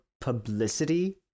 publicity